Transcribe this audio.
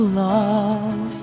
love